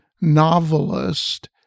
novelist